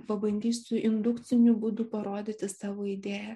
pabandysiu indukciniu būdu parodyti savo idėją